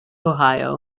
ohio